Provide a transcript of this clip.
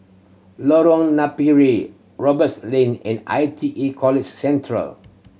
Lorong Napiri Roberts Lane and I T E College Central